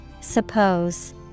Suppose